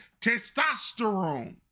testosterone